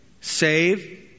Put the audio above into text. Save